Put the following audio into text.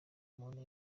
umuntu